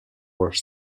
were